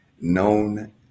known